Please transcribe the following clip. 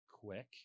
quick